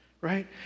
right